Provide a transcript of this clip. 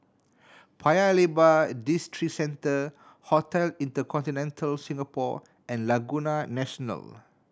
Paya Lebar Districentre Hotel InterContinental Singapore and Laguna National